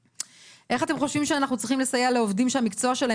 איך אתם חושבים שאנחנו צריכים לסייע לעובדים שהמקצוע שלהם